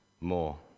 more